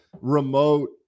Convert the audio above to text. remote